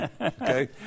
okay